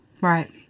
Right